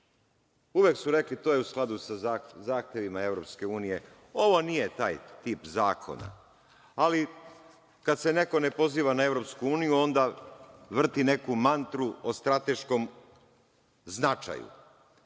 Uvek su rekli - to je u skladu sa zahtevima EU. Ovo nije taj tip zakona, ali kada se neko ne poziva na EU onda vrti neku mantru o strateškom značaju,